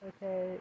Okay